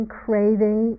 craving